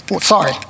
sorry